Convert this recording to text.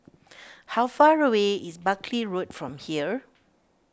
how far away is Buckley Road from here